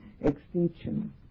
extinction